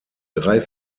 drei